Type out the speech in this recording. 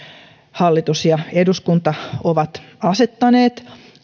hallitus ja eduskunta ovat asettaneet